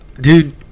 dude